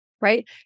right